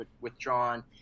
withdrawn